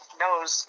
knows –